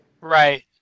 Right